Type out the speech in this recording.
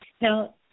Now